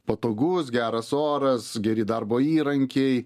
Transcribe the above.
patogus geras oras geri darbo įrankiai